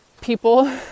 people